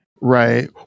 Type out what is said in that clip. right